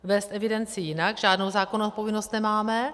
Vést evidenci jinak žádnou zákonnou povinnost nemáme.